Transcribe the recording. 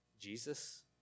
Jesus